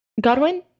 Godwin